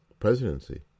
presidency